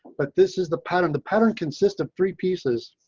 but this is the pattern. the pattern consists of three pieces.